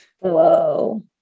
Whoa